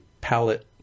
palette